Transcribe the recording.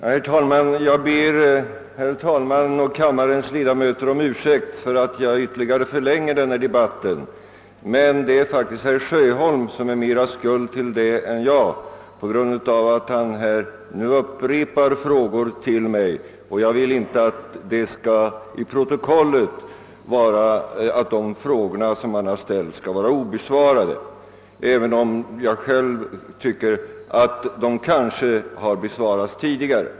Herr talman! Jag ber herr talmannen och kammarens övriga ledamöter om ursäkt för att jag förlänger denna debatt ytterligare, men det är faktiskt herr Sjöholms skuld mer än min, eftersom han här har upprepat sina frågor till mig och jag inte vill att de skall stå obesvarade i protokollet, även om jag själv tycker att frågorna har besvarats tidigare.